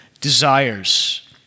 desires